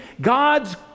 God's